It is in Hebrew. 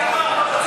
המליאה.)